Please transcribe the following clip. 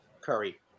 curry